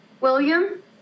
William